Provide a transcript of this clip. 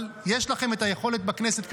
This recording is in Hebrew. אבל יש לכם היכולת בכנסת,